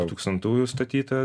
du tūkstantųjų statyta